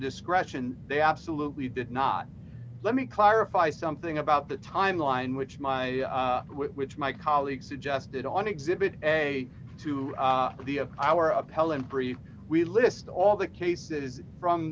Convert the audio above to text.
discretion they absolutely did not let me clarify something about the timeline which my which my colleague suggested on exhibit a to the hour of hell and three we list all the cases from